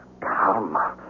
Karma